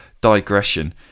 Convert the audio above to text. digression